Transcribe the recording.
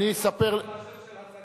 אני אספר, של הצגה.